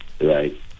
right